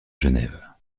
genève